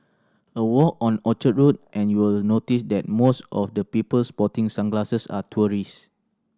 a walk on Orchard Road and you'll notice that most of the people sporting sunglasses are tourists